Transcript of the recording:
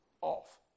off